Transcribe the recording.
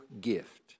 gift